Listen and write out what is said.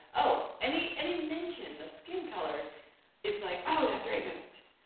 oh, any any mention of skin color is like, oh that's racist!